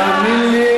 תאמין לי,